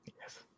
Yes